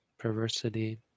Perversity